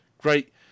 great